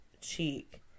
cheek